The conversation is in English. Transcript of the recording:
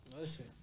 Listen